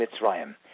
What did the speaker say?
Mitzrayim